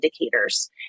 indicators